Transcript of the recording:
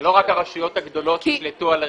שלא רק הרשויות הגדולות ישלטו על הדירקטוריון.